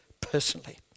personally